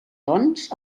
doncs